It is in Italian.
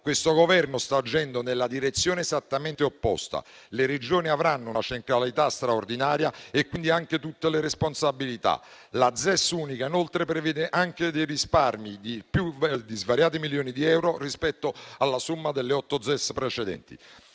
Questo Governo sta agendo nella direzione esattamente opposta. Le Regioni avranno una centralità straordinaria e quindi anche tutte le responsabilità. La ZES unica, inoltre, prevede anche dei risparmi di svariati milioni di euro rispetto alla somma delle otto ZES precedenti.